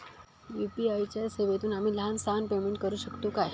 UPI च्या सेवेतून आम्ही लहान सहान पेमेंट करू शकतू काय?